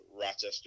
Rochester